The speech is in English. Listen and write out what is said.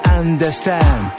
understand